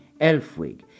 Elfwig